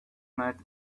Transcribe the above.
night